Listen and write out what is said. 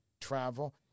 travel